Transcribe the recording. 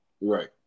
right